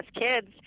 kids